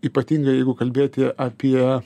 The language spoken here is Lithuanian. ypatingai jeigu kalbėti apie